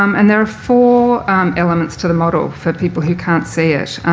um and there are four elements to the model, for people who can't see it,